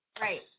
right